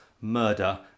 murder